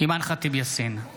אימאן ח'טיב יאסין,